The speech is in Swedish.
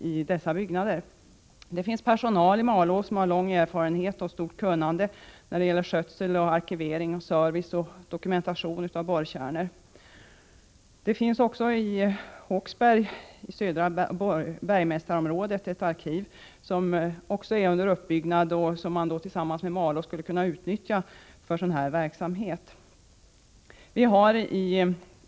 I Malå finns också personal som har lång erfarenhet och stort kunnande när det gäller skötsel, arkivering, service och dokumentation av borrkärnor. I Håksberg i södra bergmästarområdet finns ett arkiv som är under uppbyggnad och som skulle kunna utnyttjas tillsammans med arkivet i Malå.